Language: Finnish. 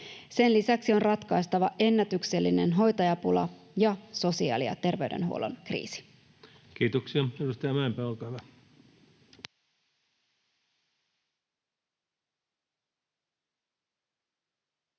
Sen lisäksi on ratkaistava ennätyksellinen hoitajapula ja sosiaali- ja terveydenhuollon kriisi. Kiitoksia. — Edustaja Mäenpää, olkaa hyvä.